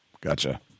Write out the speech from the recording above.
Gotcha